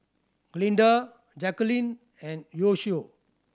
Glinda Jacalyn and Yoshio